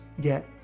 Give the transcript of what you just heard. get